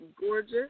gorgeous